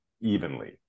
evenly